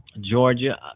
Georgia